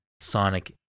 Sonic